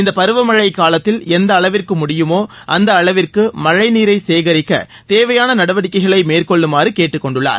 இந்தப் பருவமழை காலத்தில் எந்த அளவிற்கு முடியுமோ அந்த அளவிற்கு மழைநீரை சேகரிக்க தேவையான நடவடிக்கைகளை மேற்கொள்ளுமாறு கேட்டுக் கொண்டுள்ளார்